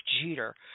Jeter